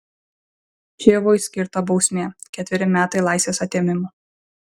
čivui skirta bausmė ketveri metai laisvės atėmimo